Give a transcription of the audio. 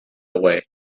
away